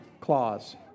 clause